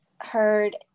heard